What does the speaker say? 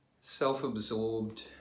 self-absorbed